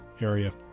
area